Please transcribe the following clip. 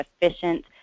efficient